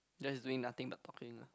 that's doing nothing but talking lah